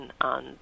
on